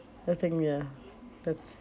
I think ya that's